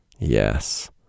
Yes